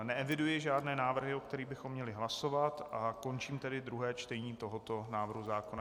Neeviduji žádné návrhy, o kterých bychom měli hlasovat, a končím tedy druhé čtení tohoto návrhu zákona.